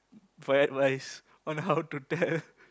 for advice on how to tell